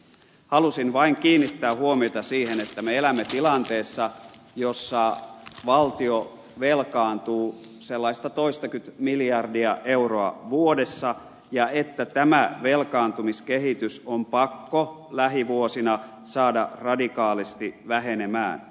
halusin vain kiinnittää huomiota siihen että me elämme tilanteessa jossa valtio velkaantuu sellaiset toistakymmentä miljardia euroa vuodessa ja että tämä velkaantumiskehitys on pakko lähivuosina saada radikaalisti vähenemään